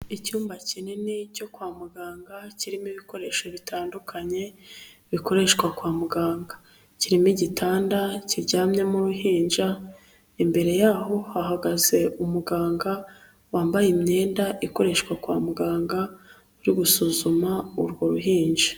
Icyumba kinini cyo kwa muganga, kirimo ibikoresho bitandukanye, bikoreshwa kwa muganga, kirimo igitanda kiryamyemo uruhinja, imbere yaho hahagaze umuganga wambaye imyenda ikoreshwa kwa muganga, uri gusuzuma urwo ruhinja.